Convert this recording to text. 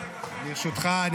ברשותך,